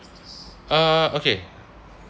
uh okay